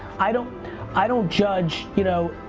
i don't i don't judge, you know,